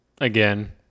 Again